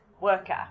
worker